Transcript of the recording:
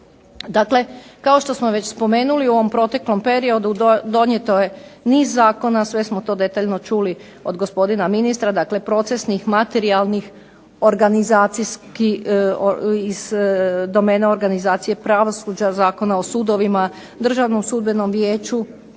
Dakle kao što smo već spomenuli u ovom proteklom periodu donijeto je niz zakona, sve smo to detaljno čuli od gospodina ministra, dakle procesnih, materijalnih, organizacijskih, iz domene organizacije pravosuđa, Zakona o sudovima, Državnom sudbenom vijeću,